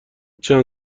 چند